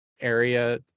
area